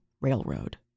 railroad